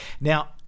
Now